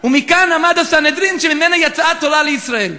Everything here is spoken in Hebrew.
ומכאן עמד הסנהדרין שממנו יצאה התורה לישראל.